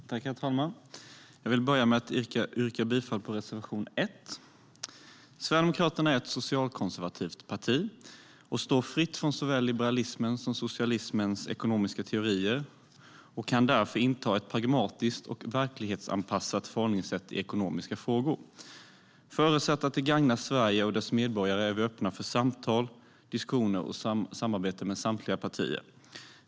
Herr talman! Jag vill börja med att yrka bifall till reservation 1. Sverigedemokraterna är ett socialkonservativt parti som står fritt från såväl liberalismens som socialismens ekonomiska teorier. Vi kan därför inta ett pragmatiskt och verklighetsanpassat förhållningssätt i ekonomiska frågor. Förutsatt att det gagnar Sverige och dess medborgare är vi öppna för samtal, diskussioner och samarbeten med samtliga partier.